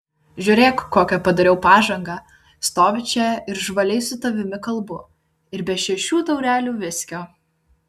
žiūrėk kokią padariau pažangą stoviu čia ir žvaliai su tavimi kalbu ir be šešių taurelių viskio